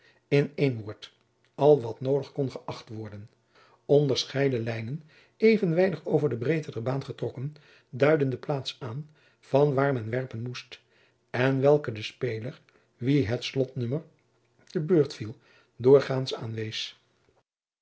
in één woord al wat noodig jacob van lennep de pleegzoon kon gëacht worden onderscheiden lijnen evenwijdig over de breedte der baan getrokken duidden de plaats aan van waar men werpen moest en welke de speler wien het slotnommer te beurt viel doorgaands aanwees